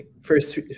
First